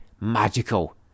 Magical